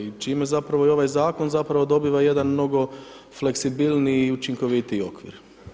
I čime zapravo i ovaj zakon zapravo dobiva jedan mnogo fleksibilniji i učinkovitiji okvir.